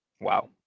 Wow